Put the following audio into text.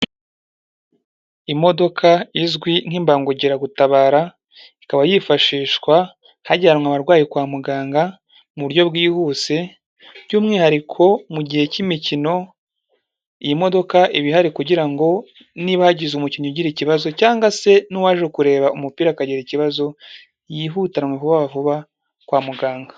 Imodoka izwi nk'imbangukiragutabara, ikaba yifashishwa hajyanwe abarwayi kwa muganga mu buryo bwihuse, by'umwihariko mu gihe cy'imikino, iyi modoka iba ihari kugira ngo niba hagize umukinnyi ugire ikibazo cyangwa se n'uwaje kureba umupira akagira ikibazo yihutiwa vuba vuba kwa muganga.